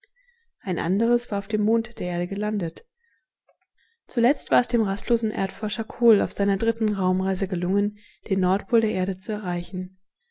ein anderes war auf dem mond der erde gelandet zuletzt war es dem rastlosen erdforscher col auf seiner dritten raumreise gelungen den nordpol der erde zu erreichen